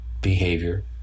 behavior